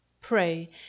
pray